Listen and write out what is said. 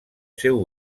seu